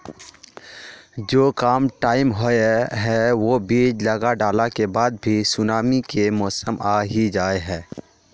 जो कम टाइम होये है वो बीज लगा डाला के बाद भी सुनामी के मौसम आ ही जाय है?